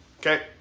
Okay